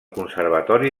conservatori